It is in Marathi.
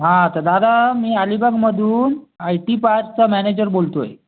हां तर दादा मी अलिबागमधून आय टी पार्कचा मॅनेजर बोलतो आहे